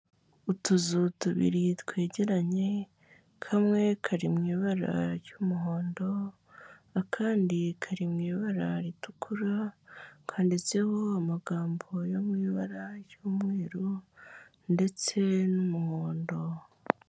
Utuzu tubiri twegeranye kamwe kari mu ibara ry'umuhondo akandi kari mu ibara ritukura twanditseho amagambo yo mu ibara ry'umweru ndetse n'umuhondo.